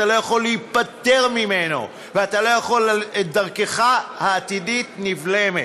אתה לא יכול להיפטר ממנו ודרכך העתידית נבלמת.